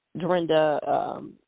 Dorinda –